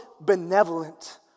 benevolent